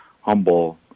humble